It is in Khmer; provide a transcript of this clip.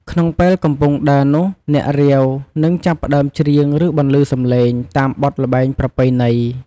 ក្នុងពេលកំពុងដើរនោះ អ្នករាវ នឹង ចាប់ផ្តើមច្រៀង ឬបន្លឺសំឡេង តាមបទល្បែងប្រពៃណី។